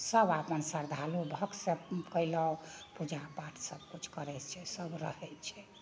सब अपन श्रद्धालु भक्त सब कयलक पूजा पाठ सबकिछु करैत छै सब रहैत छै